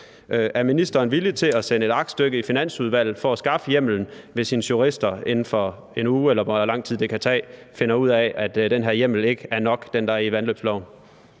Er ministeren villig til at sende et aktstykke i Finansudvalget for at skaffe hjemmelen, hvis hendes jurister inden for 1 uge, eller hvor lang tid det kan tage, finder ud af, at den hjemmel, der er i vandløbsloven,